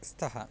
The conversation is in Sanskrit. स्तः